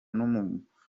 n’umuririmbyikazi